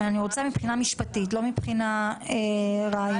מבחינה משפטית, לא רעיונות.